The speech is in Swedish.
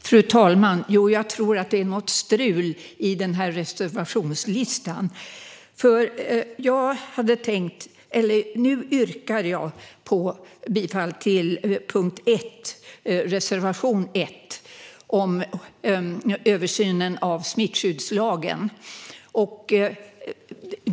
Fru talman! Jag tror att det är något strul i reservationslistan. Nu yrkar jag bifall till reservation 1 under punkt 1 om översynen av smittskyddslagen.